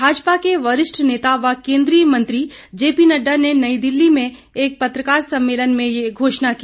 भाजपा के वरिष्ठ नेता व केंद्रीय मंत्री जेपी नड्डा ने नई दिल्ली में एक पत्रकार सम्मेलन में ये घोषणा की